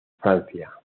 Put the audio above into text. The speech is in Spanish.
francia